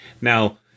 Now